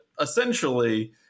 essentially